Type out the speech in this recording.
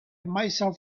myself